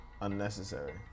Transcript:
unnecessary